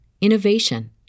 innovation